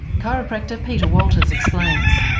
chiropractor peter walters explains